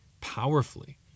powerfully